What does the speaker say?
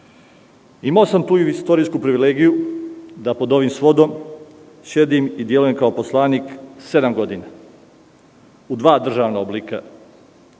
sam tu istorijsku privilegiju da pod ovim svodom sedim i delujem kao poslanik sedam godina u dva državna oblika.